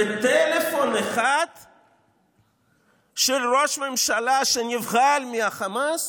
בטלפון אחד מראש הממשלה שנבהל מהחמאס